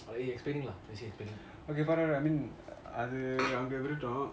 okay பரவலா:paravala I mean அது அங்க விழட்டும்:athu anga vilatum